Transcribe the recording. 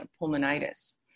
pulmonitis